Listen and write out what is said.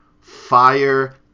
Fire